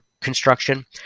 construction